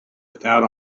without